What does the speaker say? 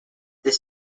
this